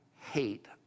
hate